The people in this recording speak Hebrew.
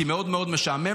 כי מאוד מאוד משעמם.